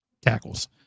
tackles